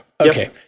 Okay